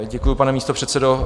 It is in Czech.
Děkuji, pane místopředsedo.